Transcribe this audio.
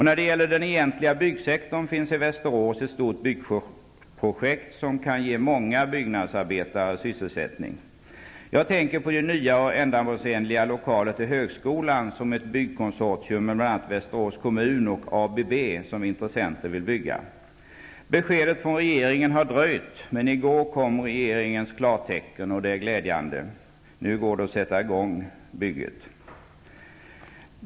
När det gäller den egentliga byggsektorn finns det i Västerås ett stort byggprojekt som kan ge många byggnadsarbetare sysselsättning. Jag tänker på de nya och ändamålsenliga lokaler till högskolan som ett byggkonsortium med bl.a. Västerås kommun och ABB som intressenter vill bygga. Beskedet från regeringen har dröjt, men i går kom regeringens klartecken, och det är glädjande. Nu kan man sätta i gång bygget.